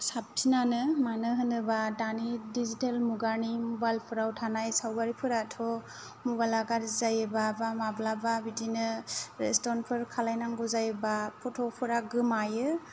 साबसिनानो मानो होनोब्ला दानि डिजिटेल मुगानि मबाइल फोराव थानाय सावगारिफोराथ' मबाइल आ गाज्रि जायोब्ला बा माबा बिदिनो रेसटर फोर खालामनांगौ जायोब्ला फट' फोरा गोमायो